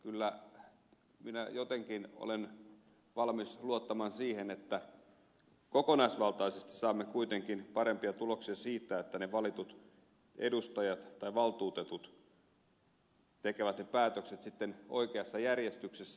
kyllä minä jotenkin olen valmis luottamaan siihen että kokonaisvaltaisesti saamme kuitenkin parempia tuloksia siitä että ne valitut edustajat tai valtuutetut tekevät ne päätökset sitten oikeassa järjestyksessä